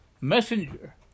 messenger